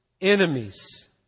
enemies